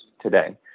today